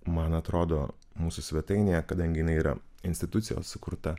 man atrodo mūsų svetainėje kadangi jinai yra institucijos sukurta